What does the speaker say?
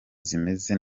zimeze